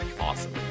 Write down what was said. awesome